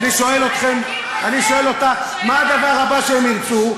ואני שואל אותך, מה הדבר הבא שהם ירצו?